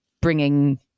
bringing